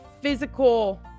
physical